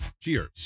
Cheers